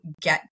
get